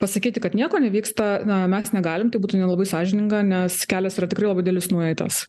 pasakyti kad nieko nevyksta na mes negalim tai būtų nelabai sąžininga nes kelias yra tikrai labai didelis nueitas